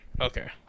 Okay